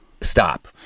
stop